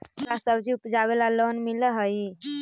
का सब्जी उपजाबेला लोन मिलै हई?